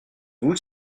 vous